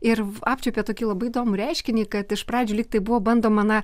ir apčiuopia tokį labai įdomų reiškinį kad iš pradžių lyg tai buvo bandoma na